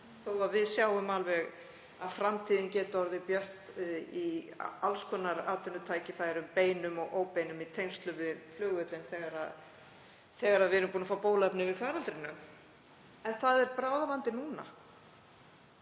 þótt við sjáum alveg að framtíðin geti orðið björt í alls konar atvinnutækifærum, beinum og óbeinum, í tengslum við flugvöllinn þegar við erum búin að fá bóluefni við faraldrinum. En það er bráðavandi núna.